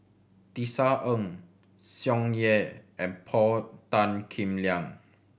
Tisa Ng Tsung Yeh and Paul Tan Kim Liang